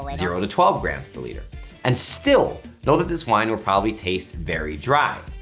like zero to twelve grams per liter and still know that this wine will probably taste very dry.